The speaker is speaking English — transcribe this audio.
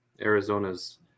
Arizona's